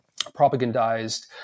propagandized